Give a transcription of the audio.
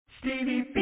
Stevie